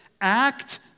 Act